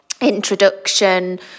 introduction